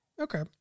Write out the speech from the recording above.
Okay